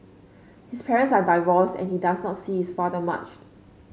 his parents are divorced and he does not see his father much